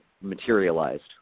materialized